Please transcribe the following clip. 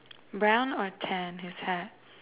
brown or tan his hat